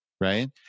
right